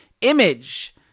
image